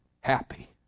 happy